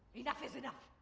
enough is enough.